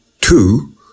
Two